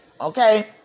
Okay